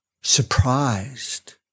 surprised